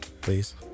Please